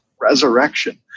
resurrection